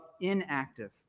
inactive